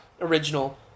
original